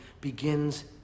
begins